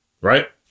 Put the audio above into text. right